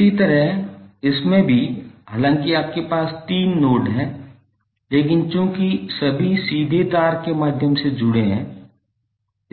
इसी तरह इसमें भी हालांकि आपके पास तीन नोड हैं लेकिन चूंकि सभी सीधे तार के माध्यम से जुड़े हुए हैं